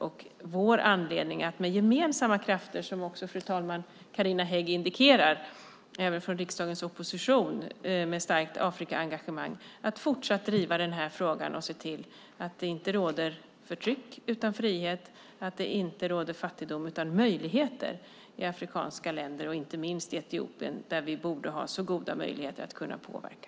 Vi har anledning att med gemensamma krafter, som också, fru talman, Carina Hägg indikerar även från riksdagens opposition med starkt Afrikaengagemang, fortsatt driva den här frågan och se till att det inte råder förtryck utan frihet och att det inte råder fattigdom utan möjligheter i afrikanska länder, inte minst i Etiopien där vi borde ha goda möjligheter att kunna påverka.